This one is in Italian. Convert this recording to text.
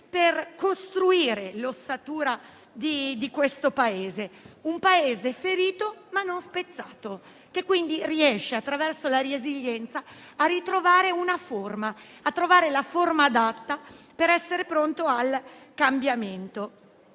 per costruire l'ossatura del Paese, un Paese ferito, ma non spezzato, che riesce, attraverso la resilienza, a ritrovare la forma adatta per essere pronto al cambiamento.